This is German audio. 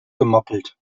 gemoppelt